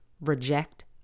reject